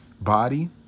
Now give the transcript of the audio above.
body